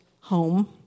home